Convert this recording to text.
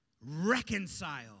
Reconcile